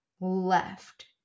left